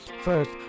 First